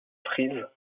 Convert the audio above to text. frise